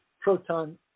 proton